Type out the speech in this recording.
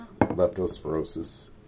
leptospirosis